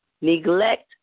neglect